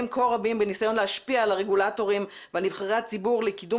כה רבים בניסיון להשפיע על הרגולטורים ועל נבחרי הציבור לקידום